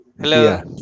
Hello